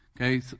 Okay